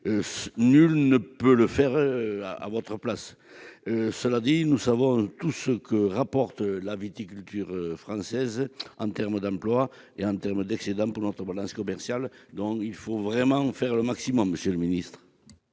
nul ne peut le faire à votre place. Cela étant, nous savons tous ce que rapporte la viticulture française en termes d'emploi et d'excédents pour notre balance commerciale. Il faut donc vraiment faire le maximum, monsieur le ministre.